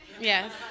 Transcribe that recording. yes